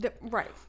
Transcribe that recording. right